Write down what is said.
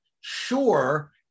sure